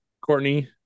Courtney